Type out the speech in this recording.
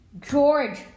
George